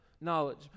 knowledge